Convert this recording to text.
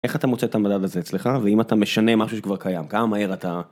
איך אתה מוצא את המדד הזה אצלך ואם אתה משנה משהו שכבר קיים כמה מהר אתה.